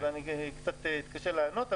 אז אני קצת אתקשה לענות,